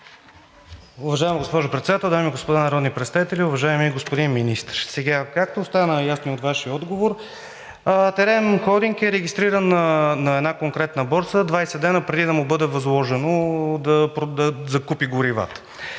Уважаема госпожо Председател, дами и господа народни представители! Уважаеми господин Министър, както стана ясно и от Вашия отговор, „Терем холдинг“ е регистриран на една конкретна борса 20 дена преди да му бъде възложено да закупи горивата.